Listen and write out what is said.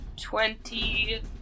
Twenty